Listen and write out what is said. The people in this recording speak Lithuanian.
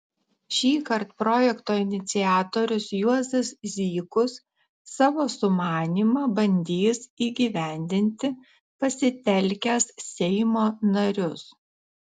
šįkart projekto iniciatorius juozas zykus savo sumanymą bandys įgyvendinti pasitelkęs seimo narius